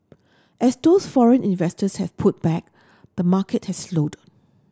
as those foreign investors have pulled back the market has slowed